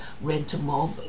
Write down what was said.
rent-a-mob